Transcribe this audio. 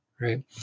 Right